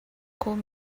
called